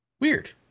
Weird